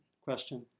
question